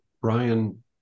brian